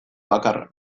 bakarra